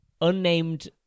Unnamed